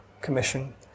Commission